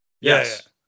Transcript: Yes